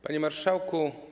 Panie Marszałku!